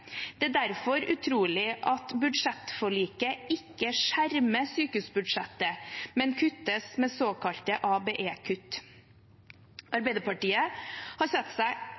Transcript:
Det er derfor utrolig at budsjettforliket ikke skjermer sykehusbudsjettet, men kutter med såkalte ABE-kutt. Arbeiderpartiet har sett seg